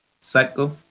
cycle